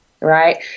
right